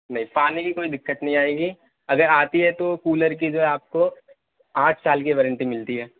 نہیں پانی کی کوئی دقت نہیں آئے گی اگر آتی ہے تو کولر کی جو ہے آپ کو آٹھ سال کی وارنٹی ملتی ہے